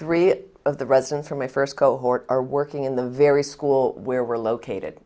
three of the residents from my first cohort are working in the very school where we're located